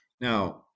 Now